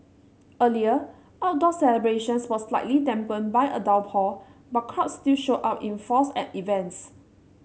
earlier outdoor celebrations were slightly dampened by a downpour but crowds still showed up in force at events